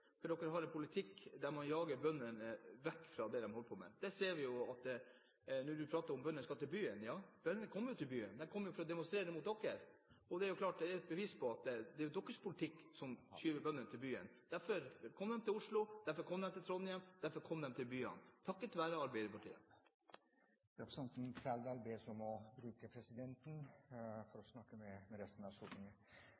Når du snakker om at bøndene skal komme til byen – ja, bøndene kommer jo til byen. De kommer til byen for å demonstrere mot dere. Det er klart et bevis på at det er deres politikk som driver bøndene til byen. Derfor kommer de til Oslo, derfor kommer de til Trondheim. De kommer til byene takket være Arbeiderpartiet. Representanten Torgeir Trældal bes om å bruke presidenten for å